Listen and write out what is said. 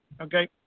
Okay